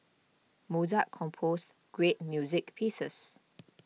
Mozart composed great music pieces